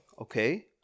Okay